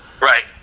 right